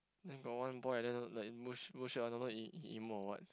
then got one boy I don't know like I don't know he he emo or what